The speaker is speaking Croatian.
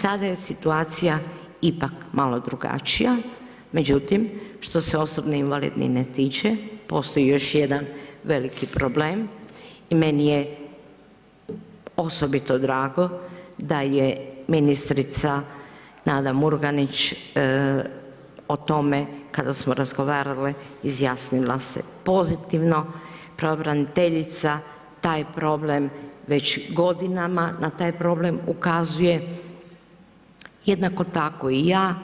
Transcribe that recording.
Sada je situacija ipak malo drugačija, međutim što se osobne invalidnine tiče, postoji još jedan veliki problem i meni je osobito drago da je ministrica Nada Murganić o tome kada smo razgovarale, izjasnila se pozitivno, pravobraniteljica taj problem već godinama na taj problem ukazuje, jednako tako i ja,